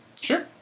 Sure